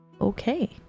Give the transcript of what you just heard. Okay